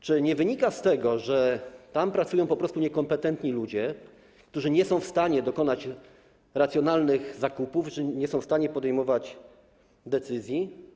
Czy nie wynika z tego, że tam pracują po prostu niekompetentni ludzie, którzy nie są w stanie dokonać racjonalnych zakupów, nie są w stanie podejmować decyzji?